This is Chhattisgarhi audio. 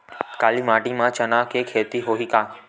काली माटी म चना के खेती होही का?